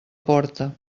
porta